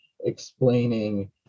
explaining